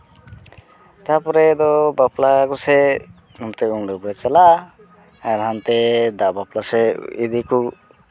ᱛᱟᱯᱚᱨᱮ ᱫᱚ ᱵᱟᱯᱞᱟ ᱠᱚ ᱥᱮᱡ ᱚᱱᱛᱮ ᱩᱢᱼᱰᱟᱹᱵᱨᱟᱹ ᱪᱟᱞᱟᱜᱼᱟ ᱟᱨ ᱦᱟᱱᱛᱮ ᱫᱟᱜ ᱵᱟᱯᱞᱟ ᱥᱮᱡ ᱤᱫᱤ ᱠᱚ